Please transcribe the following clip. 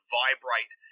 vibrate